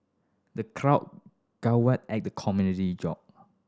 the crowd guffawed at the comedian joke